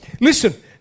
listen